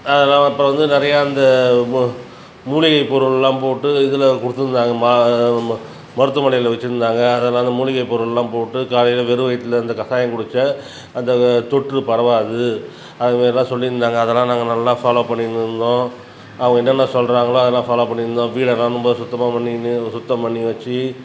அதல்லாம் அப்புறம் வந்து நிறையா இந்த மூ மூலிகை பொருள்லாம் போட்டு இதில் கொடுத்துருந்தாங்க மருத்துமனையில் வச்சுருந்தாங்க அதனால் அந்த மூலிகை பொருள்லாம் போட்டு காலையில் வெறும் வயித்தில் அந்த கசாயம் குடித்தா அந்த தொற்று பரவாது அதை மாரிலாம் சொல்லியிருந்தாங்க அதல்லாம் நாங்கள் நல்லா ஃபாலோ பண்ணிட்டுன்னு இருந்தோம் அவங்க என்னென்ன சொல்கிறாங்களோ அதலாம் ஃபாலோ பண்ணின்னுருந்தோம் வீடெலாம் ரொம்ப சுத்தமாக பண்ணிக்கின்னு சுத்தம் பண்ணி வச்சு